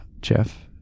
Jeff